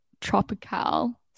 Tropical